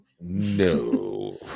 No